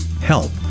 help